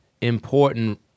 important